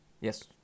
Yes